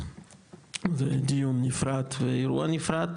זה דיון נפרד ואירוע נפרד,